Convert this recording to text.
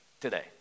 today